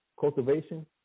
cultivation